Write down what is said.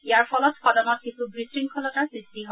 ইয়াৰ ফলত সদনত কিছু বিশৃংখলতাৰ সৃষ্টি হয়